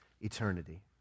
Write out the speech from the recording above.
Eternity